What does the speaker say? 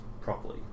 properly